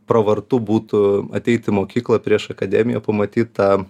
pravartu būtų ateit į mokyklą prieš akademiją pamatyt tą